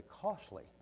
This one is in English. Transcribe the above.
costly